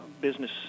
business